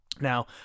Now